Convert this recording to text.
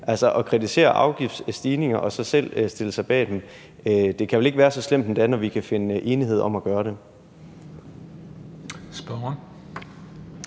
altså at kritisere afgiftsstigninger og så selv stille sig bag dem. Det kan vel ikke være så slemt endda, når vi kan finde enighed om at gøre det. Kl.